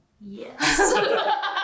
yes